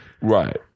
right